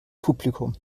publikum